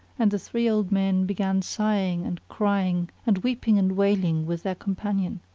and the three old men began sighing and crying and weeping and wailing with their companion.